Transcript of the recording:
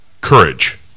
courage